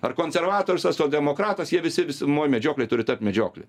ar konservatorius ar sodemokratas jie visi visumoj medžioklėj turi tapt medžiokliai